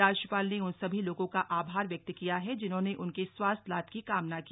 राज्यपाल ने उन सभी लोगों का आभार व्यक्त किया है जिन्होंने उनके स्वास्थ्य लाभ की कामना की